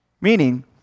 Meaning